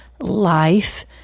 life